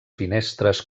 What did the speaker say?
finestres